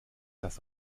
das